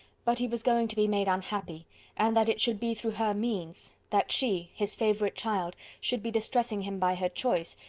but he was going to be made unhappy and that it should be through her means that she, his favourite child, should be distressing him by her choice,